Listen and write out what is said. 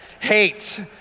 hate